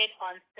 on